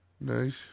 Nice